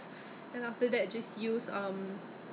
ya lah 可能我的是 oily skin ah so I I just felt